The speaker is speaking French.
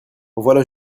voilà